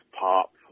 pop